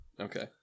Okay